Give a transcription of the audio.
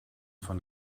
von